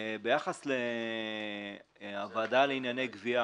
ביחס לוועדה לענייני גבייה